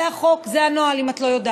זה החוק, זה הנוהל, אם את לא יודעת.